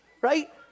Right